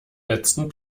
letzten